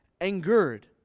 angered